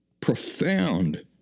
profound